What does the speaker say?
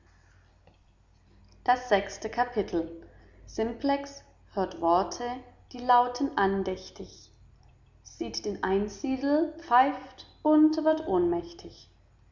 sechste kapitel simplex hört worte die lauten andächtig sieht den einsiedel pfeift und wird ohnmächtig